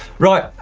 right,